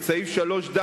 את סעיף 3ד,